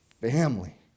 family